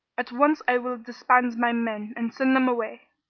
at once i will disband my men and send them away.